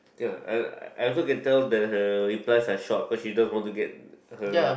ya I I also can tell that her replies are short cause she just want to get her